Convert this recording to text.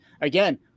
again